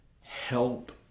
help